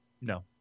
No